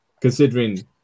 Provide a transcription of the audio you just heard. considering